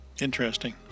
Interesting